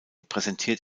präsentiert